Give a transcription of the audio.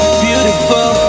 beautiful